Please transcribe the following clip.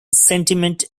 sentiment